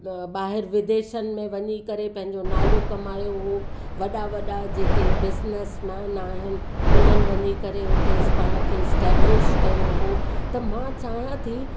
ॿाहिरि विदेशनि में वञी करे पंहिंजो नालो कमायो हो वॾा वॾा जेके बिज़नेस मैन आहिनि उन्हनि वञी करे उते पाण खे एस्टैब्लिश कयो हो त मां चाहियां थी